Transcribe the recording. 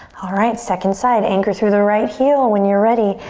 alright, second side. anchor through the right heel. when you're ready,